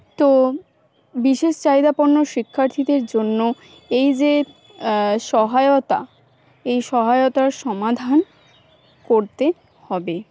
তো বিশেষ চাহিদাপূর্ণ শিক্ষার্থীদের জন্য এই যে সহায়তা এই সহায়তার সমাধান করতে হবে